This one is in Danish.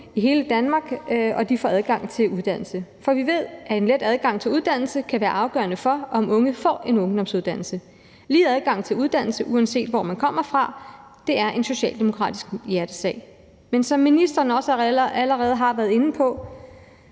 i hele Danmark, og at de får adgang til uddannelse. For vi ved, at en let adgang til uddannelse kan være afgørende for, om unge får en ungdomsuddannelse. Lige adgang til uddannelse, uanset hvor man kommer fra, er en socialdemokratisk hjertesag. Men som ministeren også allerede har været inde på,